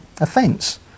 offence